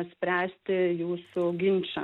spręsti jūsų ginčą